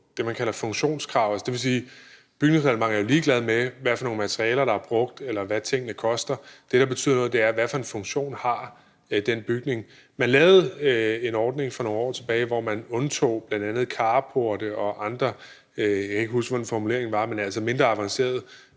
det, man kalder funktionskravet. Det vil sige, at bygningsreglementet er ligeglad med, hvilke materialer der er brugt, eller hvad tingene koster. Det, der betyder noget, er, hvilken funktion den bygning har. Man lavede en ordning for nogle år tilbage, hvor man undtog bl.a. carporte og andre – jeg kan ikke huske, hvad formuleringen var – mindre avancerede